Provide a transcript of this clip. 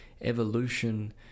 evolution